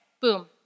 boom